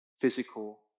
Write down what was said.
physical